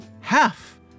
half